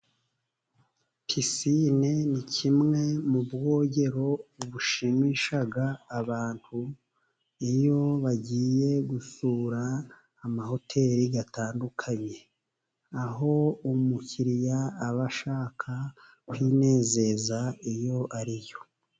Pisine ni kimwe mu bwogero bushimisha abantu, iyo bagiye gusura amahoteri atandukanye, aho umukiriya aba ashaka kwinezeza iyo ariyo.